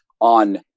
on –